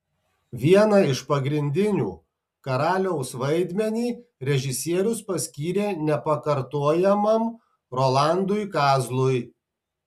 vieną iš pagrindinių karaliaus vaidmenį režisierius paskyrė nepakartojamam rolandui kazlui